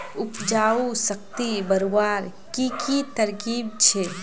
उपजाऊ शक्ति बढ़वार की की तरकीब छे?